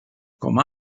com